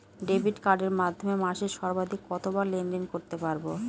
Debit কার্ডের মাধ্যমে মাসে সর্বাধিক কতবার লেনদেন করতে পারবো?